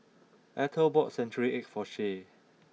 Ethel bought Century Egg for Shay